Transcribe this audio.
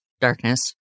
Darkness